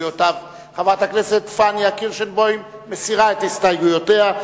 חברת הכנסת פניה קירשנבאום מסירה את הסתייגויותיה.